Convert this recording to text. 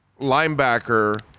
linebacker